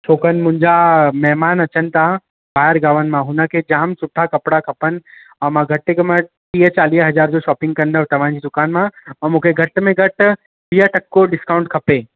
छो की मुंहिंजा महिमान अचनि था ॿाहिरि गांवनि मां हुनखे जाम सुठा कपिड़ा खपनि ऐं मां घटि में घटि टीह चालीह हज़ार जो शॉपिंग कंदव तव्हांजी दुकान मां ऐं मूंखे घटि में घटि वीह टको डिस्काउंट खपे